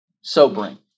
sobering